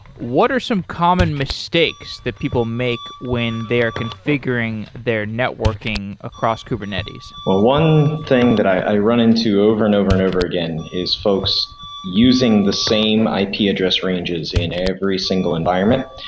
what are some common mistakes that people make when they are configuring their networking across kubernetes? one thing that i run into over and over and over again is folks using the same ip address ranges in every single environment.